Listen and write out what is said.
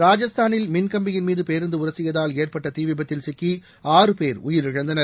ராஜஸ்தானில் மின்கம்பியின் மீது பேருந்து உரசியதால் ஏற்பட்ட தீ விபத்தில் சிக்கி ஆறு பேர் உயிரிழந்தனர்